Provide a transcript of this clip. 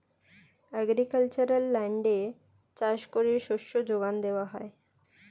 agricultural ল্যান্ডে চাষ করে শস্য যোগান দেওয়া হয়